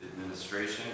administration